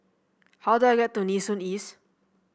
how do I get to Nee Soon East